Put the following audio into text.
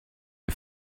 est